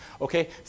Okay